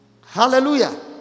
Hallelujah